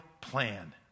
plan